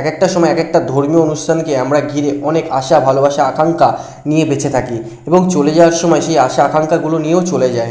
এক একটা সময় এক একটা ধর্মীয় অনুষ্ঠানকে আমরা ঘিরে অনেক আশা ভালোবাসা আকাঙ্ক্ষা নিয়ে বেঁচে থাকি এবং চলে যাওয়ার সময় সেই আশা আকাঙ্ক্ষাগুলো নিয়েও চলে যায়